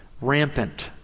rampant